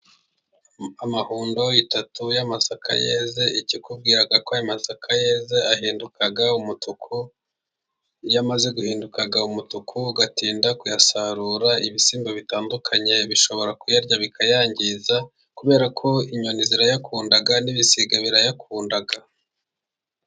Amahundo atatu y'amasaka yeze; ikikubwira ko masaka yeze ahinduka umutuku. Iyo amaze guhinduka umutuku ugatinda kuyasarura ibisimba bitandukanye bishobora kuyarya bikayangiza, kubera ko inyoni zirayakunda n'ibisiga birayakunda.